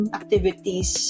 activities